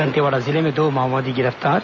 दंतेवाड़ा जिले में दो माओवादी गिरफ्तार